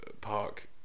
Park